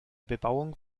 bebauung